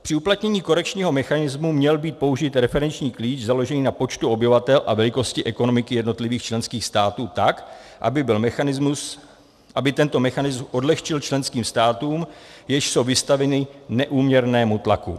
Při uplatnění korekčního mechanismu měl být použit referenční klíč založený na počtu obyvatel a velikosti ekonomiky jednotlivých členských států tak, aby tento mechanismus odlehčil členským státům, jež jsou vystaveny neúměrnému tlaku.